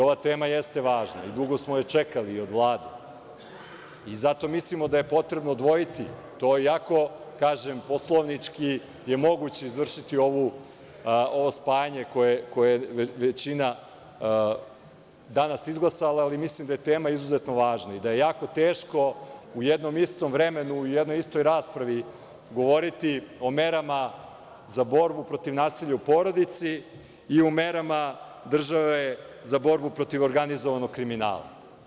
Ova tema jeste važna i dugo smo je čekali i od Vlade i zato mislimo da je potrebno odvojiti, to je jako, kažem, poslovnički moguće izvršiti ovo spajanje koje je većina danas izglasala, ali mislim da je tema izuzetno važna i da je jako teško u jednom istom vremenu, u jednoj istoj raspravi govoriti o merama za borbu protiv nasilja u porodici i o merama države za borbu protiv organizovanog kriminala.